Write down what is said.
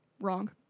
Wrong